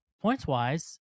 points-wise